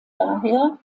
daher